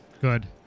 good